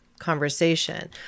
conversation